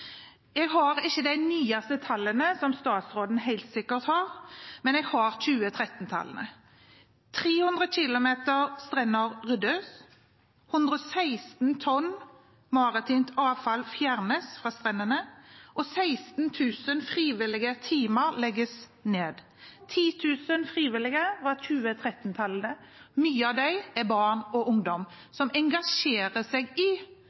Jeg har ikke de nyeste tallene, som statsråden helt sikkert har, men jeg har 2013-tallene: 300 km strender ryddes, 116 tonn maritimt avfall fjernes fra strendene, og 16 000 frivillige timer legges ned. 10 000 frivillige var 2013-tallene. Mange av dem er barn og ungdom som engasjerer seg i